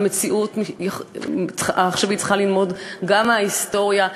המציאות העכשווית צריכה ללמוד גם מההיסטוריה.